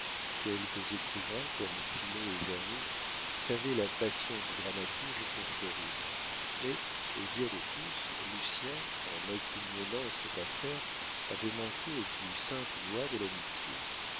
quelques écrivains comme finot et vernou savaient la passion du dramaturge pour florine mais au dire de tous lucien en maquignonnant cette affaire avait manqué aux plus saintes lois de l'amitié